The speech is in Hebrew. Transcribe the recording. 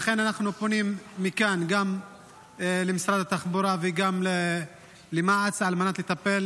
לכן אנחנו פונים מכאן גם למשרד התחבורה וגם למע"צ על מנת לטפל